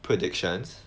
predictions